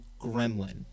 gremlin